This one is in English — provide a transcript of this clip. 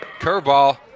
Curveball